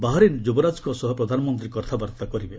Bahrain ଯୁବରାଜଙ୍କ ସହ ପ୍ରଧାନମନ୍ତ୍ରୀ କଥାବାର୍ତ୍ତା କରିବେ